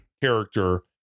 character